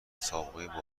سابقه